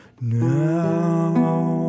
now